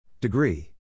Degree